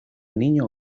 niño